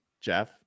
Jeff